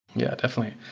yeah, definitely.